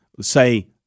say